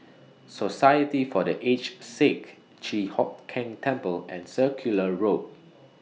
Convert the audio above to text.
Society For The Aged Sick Chi Hock Keng Temple and Circular Road